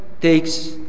takes